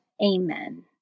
Amen